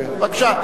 כן.